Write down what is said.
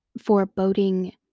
foreboding